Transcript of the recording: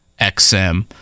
XM